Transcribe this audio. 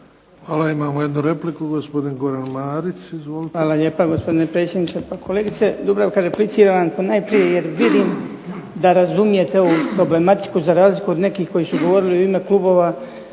Hvala. Imamo jednu repliku. Gospodin Goran Marić. Izvolite. **Marić, Goran (HDZ)** Hvala lijepo gospodine predsjedniče. Pa kolegice Dubravka repliciram vam jer najprije vidim da razumijete ovu problematiku za razliku od nekih koji su govorili u ime klubova,